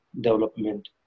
development